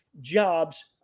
jobs